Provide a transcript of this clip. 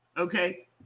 Okay